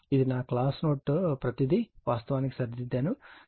ఇది నా class note ప్రతీది వాస్తవానికి సరిదిద్దబడింది